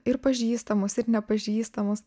ir pažįstamus ir nepažįstamus